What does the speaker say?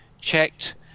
checked